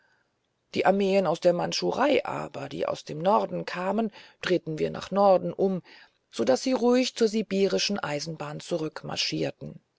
die armeen aus der mandschurei aber die aus dem norden kamen drehten wir nach norden um so daß sie ruhig zur sibirischen eisenbahn